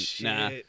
nah